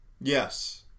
Yes